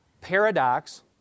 paradox